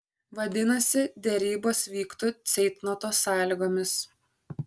vadinasi derybos vyktų ceitnoto sąlygomis